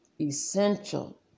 essential